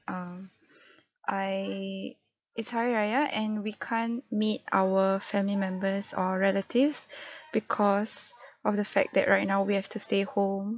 um I it's hari raya and we can't meet our family members or relatives because of the fact that right now we have to stay home